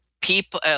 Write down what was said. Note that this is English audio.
people –